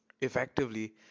effectively